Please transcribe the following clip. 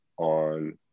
on